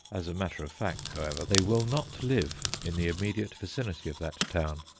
as a matter of fact, however, they will not live in the immediate vicinity of that town,